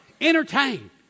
entertain